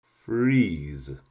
freeze